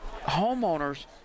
homeowners